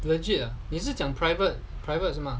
legit ah 你是讲 private private 是吗